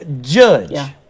judge